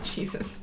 Jesus